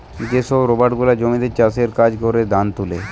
যে সব রোবট গুলা জমিতে চাষের কাজ করে, ধান তুলে